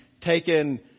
taken